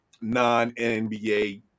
non-NBA